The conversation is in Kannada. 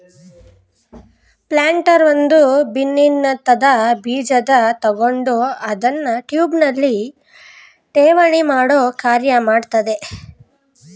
ಪ್ಲಾಂಟರ್ ಒಂದು ಬಿನ್ನಿನ್ದ ಬೀಜನ ತಕೊಂಡು ಅದ್ನ ಟ್ಯೂಬ್ನಲ್ಲಿ ಠೇವಣಿಮಾಡೋ ಕಾರ್ಯ ಮಾಡ್ತದೆ